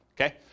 Okay